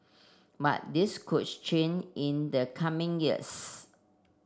but this could change in the coming years